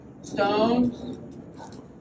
stones